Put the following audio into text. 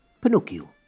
Pinocchio